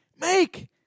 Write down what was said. Make